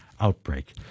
outbreak